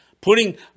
Putting